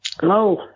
Hello